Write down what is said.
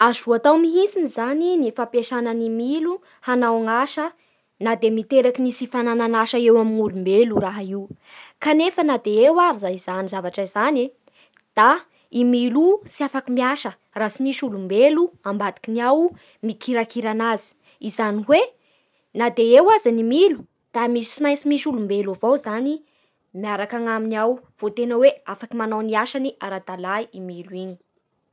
Azo atao mihintsiny zany ny fampiasana ny milo hanao ny asa na de miteraky ny tsy fananan'asa eo amin'ny olombelo io raha io. Kanefa na de eo ary izany zavatra izany e da io milo io tsy afaky miasa raha tsy misy olombelo ambadikiny ao mikirakira anazy; Izany hoe na de eo aza ny milo da tsy maintsy misy olombelo avao zany miaraky anaminy ao vo tena afaky manao ny asa ara-dalà iny milo iny.